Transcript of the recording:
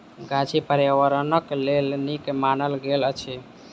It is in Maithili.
गाछी पार्यावरणक लेल नीक मानल गेल अछि